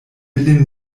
lin